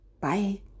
Bye